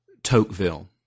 Tocqueville